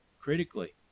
critically